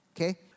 okay